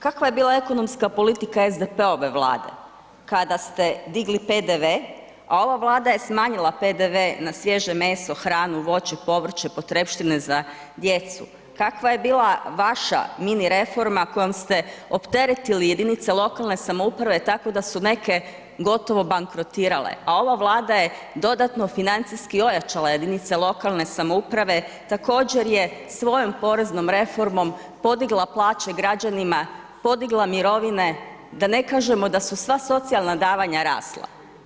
Kakva je bila ekonomska politika SDP-ove vlade kada ste digli PDV, a ova Vlada je smanjila PDV na svježe meso, hranu, voće i povrće, potrepštine za djecu, kakva je bila vaša mini reforma kojom ste opteretili jedinice lokalne samouprave tako da su neke gotovo bankrotirale, a ova Vlada je dodatno financijski ojačala jedinice lokalne samouprave također je svojom poreznom reformom podigla plaće građanima, podigla mirovine da ne kažemo da su sva socijalna davanja rasla.